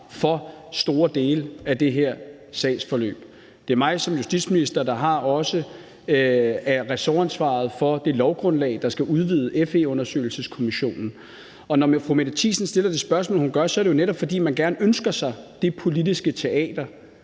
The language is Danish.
for store dele af det her sagsforløb. Det er mig som justitsminister, der også har ressortansvaret for det lovgrundlag, der skal udvide FE-undersøgelseskommissionen. Og når fru Mette Thiesen stiller det spørgsmål, som hun gør, er det jo netop, fordi man mere ønsker sig det politiske teater